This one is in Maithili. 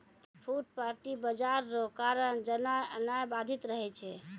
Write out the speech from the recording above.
फुटपाटी बाजार रो कारण जेनाय एनाय बाधित रहै छै